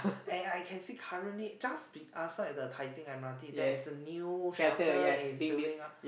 and I can see currently just be outside the Tai-Seng m_r_t there is a new shelter is building up